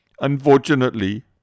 Unfortunately